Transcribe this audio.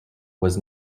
was